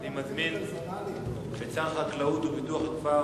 אני מזמין את שר החקלאות ופיתוח הכפר,